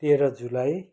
तेह्र जुलाई